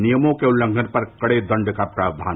नियमों के उल्लंघन पर कड़े दंड का प्रावधान